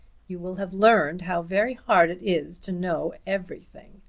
you will have learned how very hard it is to know everything.